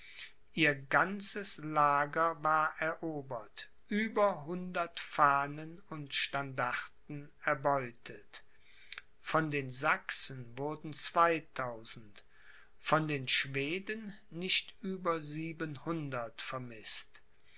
ihr ganzes lager war erobert über hundert fahnen und standarten erbeutet von den sachsen wurden zweitausend von den schweden nicht über